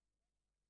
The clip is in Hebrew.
אותם,